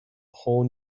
whole